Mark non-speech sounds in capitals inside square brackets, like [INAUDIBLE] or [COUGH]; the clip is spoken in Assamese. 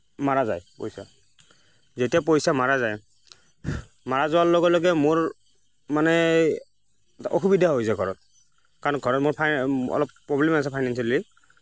মাৰা যায় পইচা যেতিয়া পইচা মাৰা যায় মাৰা যোৱাৰ লগে লগে মোৰ মানে এই অসুবিধা হৈ যায় ঘৰত কাৰণ ঘৰত মোৰ [UNINTELLIGIBLE] অলপ প্ৰব্লেম আছে ফাইনেঞ্চিয়েলি